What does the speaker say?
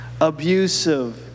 abusive